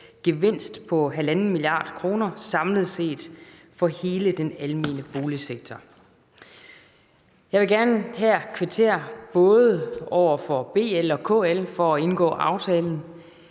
på 1,5 mia. kr. samlet set for hele den almene boligsektor. Jeg vil her gerne kvittere både over for BL og KL for at indgå aftalen.